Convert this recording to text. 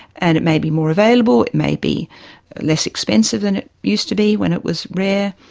and it may be more available, it may be less expensive than it used to be when it was rare,